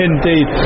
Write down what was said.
indeed